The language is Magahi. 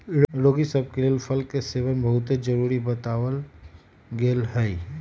रोगि सभ के लेल फल के सेवन बहुते जरुरी बतायल गेल हइ